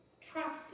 Trust